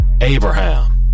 Abraham